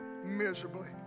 miserably